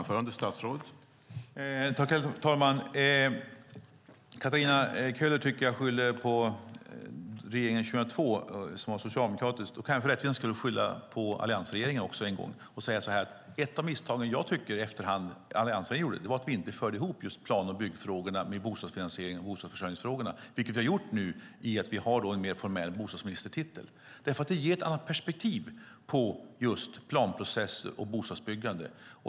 Herr talman! Katarina Köhler tycker att jag skyller på regeringen 2002 som var socialdemokratisk. För rättvisans skull kan jag också skylla på alliansregeringen. Ett misstag som jag i efterhand tycker att alliansregeringen gjorde var att inte föra ihop plan och byggfrågorna med bostadsfinansierings och bostadsförsörjningsfrågorna. Det har vi gjort nu i och med att vi har en mer formell bostadsministertitel. Det ger ett annat perspektiv på planprocesser och bostadsbyggande.